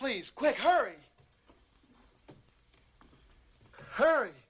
please quick hurry hurry